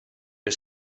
oes